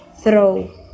throw